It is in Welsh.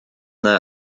yna